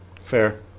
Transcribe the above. Fair